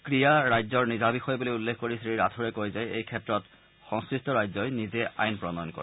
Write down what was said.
ক্ৰীড়া ৰাজ্যৰ নিজা বিষয় বুলি উল্লেখ কৰি শ্ৰীৰাথোৰে কয় যে এইক্ষেত্ৰত সংশ্লিষ্ট ৰাজ্যই নিজে আইন প্ৰণয়ন কৰে